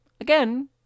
Again